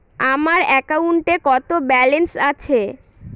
আমার অ্যাকাউন্টে কত ব্যালেন্স আছে?